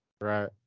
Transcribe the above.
Right